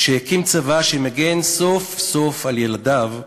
שהקים צבא שמגן סוף-סוף על ילדיו,